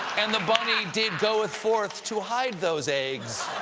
and the bunny did goeth forth to hide those eggs,